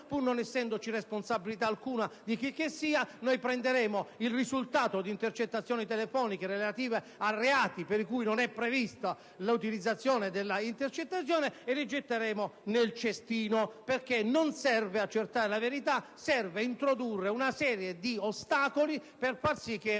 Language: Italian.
pur non essendoci responsabilità alcuna di chicchessia, prenderemo i risultati delle intercettazioni telefoniche relative a reati per cui non è prevista l'utilizzazione dell'intercettazione e li getteremo nel cestino. Ciò, perché non serve accertare la verità, ma serve introdurre una serie di ostacoli per far sì che